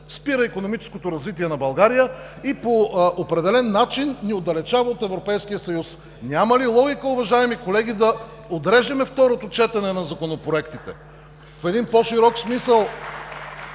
спира икономическото развитие на България и по определен начин ни отдалечава от Европейския съюз? Няма ли логика, уважаеми колеги, да отрежем второто четене на законопроектите? (Ръкопляскания